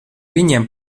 viņiem